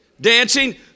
Dancing